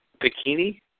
bikini